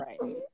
right